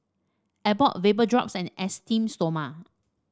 Abbott Vapodrops and Esteem Stoma